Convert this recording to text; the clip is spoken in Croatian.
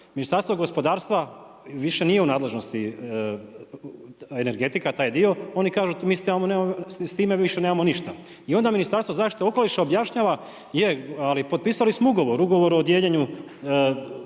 Ministarstvo gospodarstva, više nije u nadležnosti, energetika, taj dio. Oni kažu, mi s time više nemamo ništa. I onda Ministarstvo zaštite okoliša objašnjava, je, ali potpisali smo ugovor, ugovor o dijeljenju, podjeli